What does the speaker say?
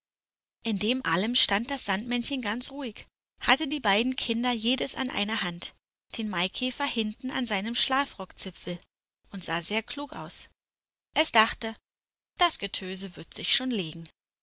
in dem allem stand das sandmännchen ganz ruhig hatte die beiden kinder jedes an einer hand den maikäfer hinten an seinem schlafrockzipfel und sah sehr klug aus es dachte das getöse wird sich schon legen